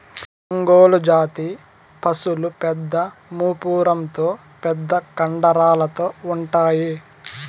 ఒంగోలు జాతి పసులు పెద్ద మూపురంతో పెద్ద కండరాలతో ఉంటాయి